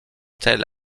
tel